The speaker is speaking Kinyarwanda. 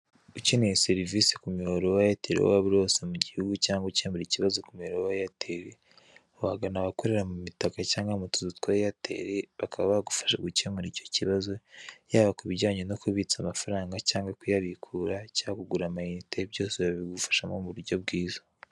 Ukeneye serivise ku muyoboro wa eyateli aho waba uri hose mu gihugu, cyangwa gukemura ikibazo ku murongo wa eyateli, wagana abakorera mu mitaka cyangwa mu tuzu twa eyateli, bakaba bagufasha gukemura ikibazo, yaba kubijyanye no kubika amafaranga, cyangwa kuyabikura cyangwa kugura amayinite, byose babigufashamo mu buryo bwiza.